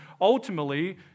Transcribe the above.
ultimately